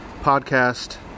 podcast